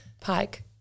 pike